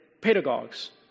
pedagogues